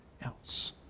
else